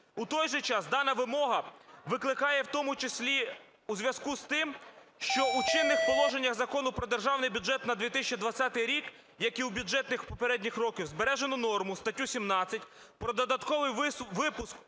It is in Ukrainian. У той же час, дана вимога викликає в тому числі у зв'язку з тим, що у чинних положеннях Закону про Державний бюджет на 2020 рік, як і у бюджетах попередніх років, збережено норму, статтю 17, про додатковий випуск